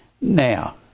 Now